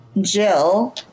Jill